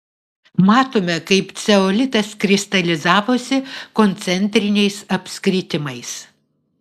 matome kaip ceolitas kristalizavosi koncentriniais apskritimais